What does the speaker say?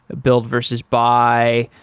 ah build versus buy,